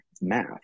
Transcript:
math